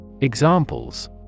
Examples